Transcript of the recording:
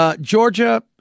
Georgia